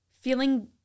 Feeling